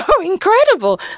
incredible